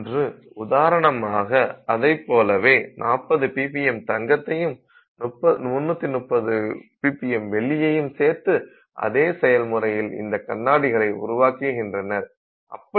இன்று உதாரணமாக அதைப் போலவே 40 ppm தங்கத்தையும் 330 ppm வெள்ளியையும் சேர்த்து அதே செய்முறையில் இந்த கண்ணாடிகளை உருவாக்குகின்றனர்